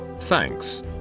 thanks